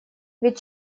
ведь